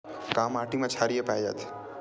का माटी मा क्षारीय पाए जाथे?